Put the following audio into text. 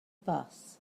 bus